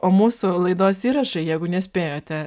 o mūsų laidos įrašą jeigu nespėjote